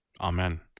amen